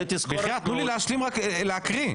לא הצגת את ההרכב.